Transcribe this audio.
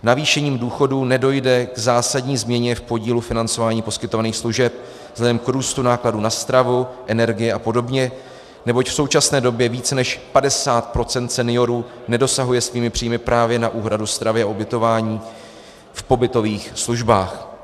Navýšením důchodů nedojde k zásadní změně v podílu financování poskytovaných služeb vzhledem k růstu nákladů na stravu, energii apod., neboť v současné době více než 50 % seniorů nedosahuje svými příjmy právě na úhradu stravy a ubytování v pobytových službách.